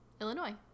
Illinois